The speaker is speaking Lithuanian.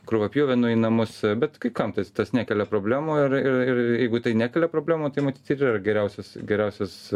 krūvą pjuvenų į namus bet kai kam tas tas nekelia problemų ir ir ir ir jeigu tai nekelia problemų tai matyt ir yra geriausias geriausias